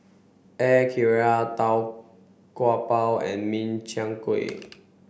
Air Karthira Tau Kwa Pau and Min Chiang Kueh